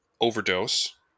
overdose